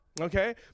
Okay